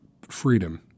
freedom